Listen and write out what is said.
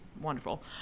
wonderful